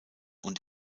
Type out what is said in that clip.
und